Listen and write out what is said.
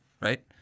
Right